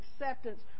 acceptance